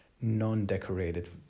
non-decorated